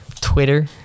Twitter